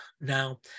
now